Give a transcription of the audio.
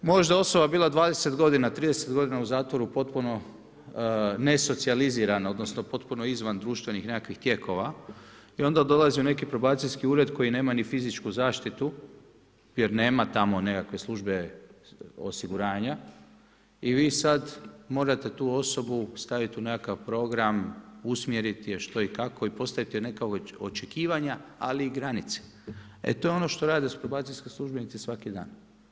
Možda je osoba bila 20 godina, 30 godina u zatvoru potpuno nesocijalizirana odnosno potpuno izvan društvenih nekakvih tijekova i onda dolazi u neki probacijski ured koji nema ni fizičku zaštitu jer nema tamo nekakve službe osiguranja i vi sada morate tu osobu staviti u nekakav program usmjeriti je što i kako i postaviti joj neka očekivanja, ali i granice, eto je ono što rade probacijskih službenici svaki dan.